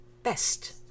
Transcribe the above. best